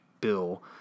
bill